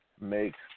makes